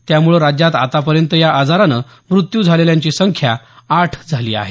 त्यामुळे राज्यात आतापर्यंत या आजारानं मृत्यू झालेल्यांची संख्या आठ झाली आहे